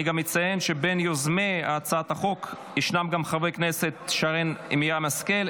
אני גם אציין שבין יוזמי הצעת החוק גם חברי הכנסת שרן מרים השכל,